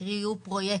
קרי, יהיו פרויקטים.